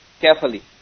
carefully